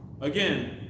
Again